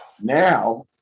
Now